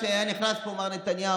כשהיה נכנס לפה מר נתניהו,